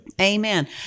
Amen